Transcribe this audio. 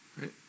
right